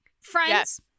friends